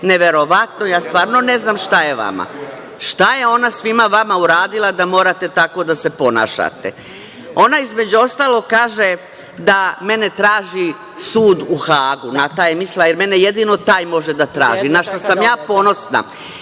neverovatno, ja stvarno ne znam šta je vama? Šta je ona svima vama uradila da morate tako da se ponašate? Ona, između ostalog, kaže da mene traži sud u Hagu. Na taj je mislila, jer mene jedino taj može da traži, na šta sam ja ponosna.